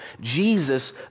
Jesus